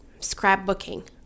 scrapbooking